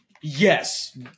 Yes